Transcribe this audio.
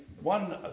one